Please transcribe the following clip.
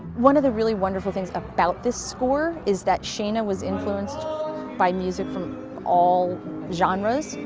one of the really wonderful things about this score is that shaina was influenced by music from all genres,